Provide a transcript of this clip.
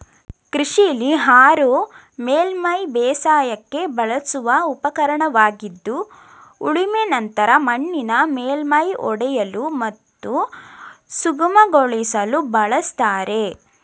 ಕೃಷಿಲಿ ಹಾರೋ ಮೇಲ್ಮೈ ಬೇಸಾಯಕ್ಕೆ ಬಳಸುವ ಉಪಕರಣವಾಗಿದ್ದು ಉಳುಮೆ ನಂತರ ಮಣ್ಣಿನ ಮೇಲ್ಮೈ ಒಡೆಯಲು ಮತ್ತು ಸುಗಮಗೊಳಿಸಲು ಬಳಸ್ತಾರೆ